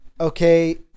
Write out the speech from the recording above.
okay